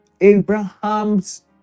Abraham's